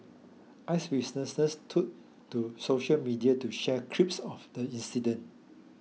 eyewitnesses took to social media to share clips of the incident